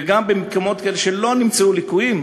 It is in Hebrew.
וגם במקומות כאלה שלא נמצאו ליקויים,